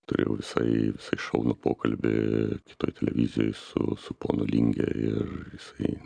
turėjau visai visai šaunų pokalbį kitoj televizijoj su su ponu linge ir jisai